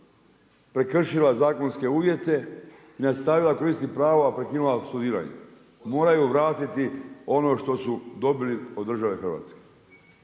prekršila zakonske uvjete i nastavila koristiti pravo, a prekinula studiranje moraju vratiti ono što su dobili od države Hrvatske.